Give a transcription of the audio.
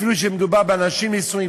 אפילו שמדובר באנשים נשואים.